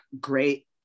great